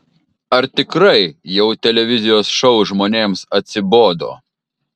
ar tikrai jau televizijos šou žmonėms atsibodo